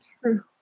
true